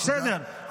בדיוק, בסדר.